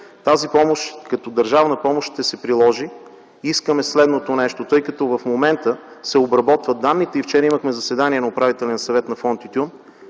Тази помощ, като държавна помощ, ще се приложи. Искаме следното нещо, тъй като в момента се обработват данните и вчера имахме заседание на Управителния съвет на фонд